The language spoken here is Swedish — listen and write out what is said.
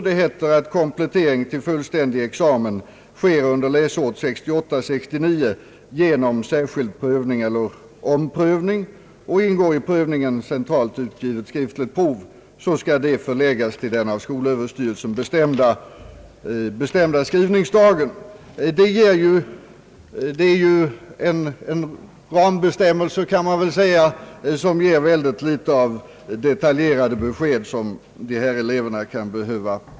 Det heter att om komplettering till fullständig examen sker under läsåret 1968/69 genom särskild prövning eller omprövning och ingår i prövningen centralt utgivet skriftligt prov, så skall det förläggas till den av skolöverstyrelsen bestämda skrivningsdagen. Det är ju en rambestämmelse — kan man säga — som ger ytterst litet av de detaljerade besked som dessa elever kan behöva.